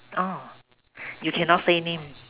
oh you cannot say name